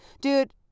Dude